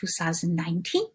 2019